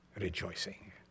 rejoicing